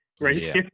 right